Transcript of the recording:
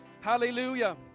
Hallelujah